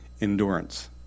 endurance